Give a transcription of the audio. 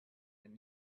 and